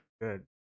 Good